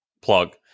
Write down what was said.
plug